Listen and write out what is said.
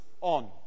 on